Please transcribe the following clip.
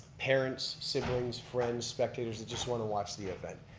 parents, siblings, friends, spectators that just want to watch the event.